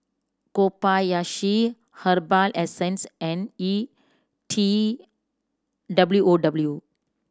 Kobayashi Herbal Essences and E T W O W